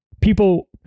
people